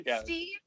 Steve